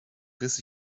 riss